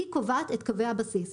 היא קובעת את קווי הבסיס.